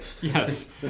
Yes